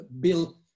bill